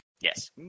Yes